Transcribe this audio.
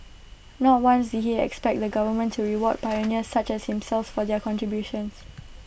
not once did he expect the government to reward pioneers such as himself for their contributions